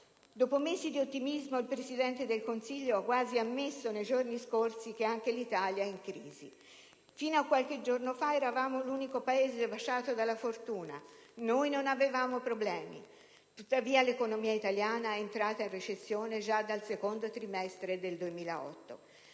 Dopo mesi di ottimismo, il Presidente del Consiglio ha quasi ammesso nei giorni scorsi che anche l'Italia è in crisi. Fino a qualche giorno fa eravamo l'unico Paese baciato dalla fortuna: noi non avevamo problemi. Tuttavia l'economia italiana è entrata in recessione già dal secondo trimestre del 2008.